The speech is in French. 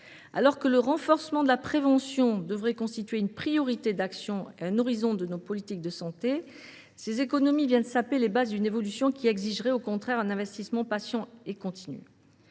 Alors que le renforcement de la prévention devrait constituer une priorité d’action et un horizon de nos politiques de santé, ces économies sapent les bases d’une évolution qui exigerait, au contraire, un investissement patient et continu.